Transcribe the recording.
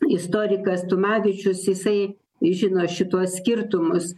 istorikas tumavičius jisai žino šituos skirtumus